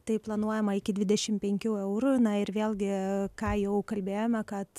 tai planuojama iki dvidešim penkių eurų na ir vėlgi ką jau kalbėjome kad